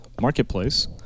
marketplace